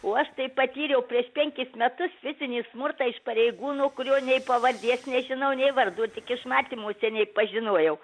o aš tai patyriau prieš penkis metus fizinį smurtą iš pareigūno kurio nei pavardės nežinau nei vardo tik iš matymo seniai pažinojau